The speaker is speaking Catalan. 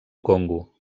congo